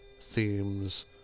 themes